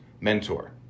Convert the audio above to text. mentor